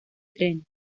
trent